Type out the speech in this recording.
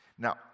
Now